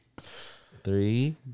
Three